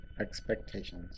Expectations